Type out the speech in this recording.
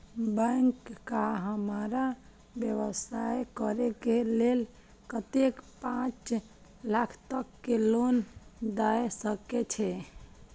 Bank का हमरा व्यवसाय करें के लेल कतेक पाँच लाख तक के लोन दाय सके छे?